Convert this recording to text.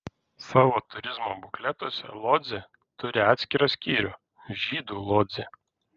savo turizmo bukletuose lodzė turi atskirą skyrių žydų lodzė